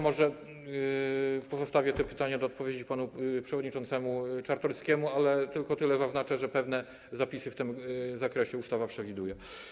Może pozostawię to pytanie do odpowiedzi panu przewodniczącemu Czartoryskiemu, ale tylko tyle zaznaczę, że pewne zapisy w tym zakresie ustawa przewiduje.